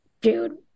dude